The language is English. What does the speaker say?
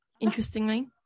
Interestingly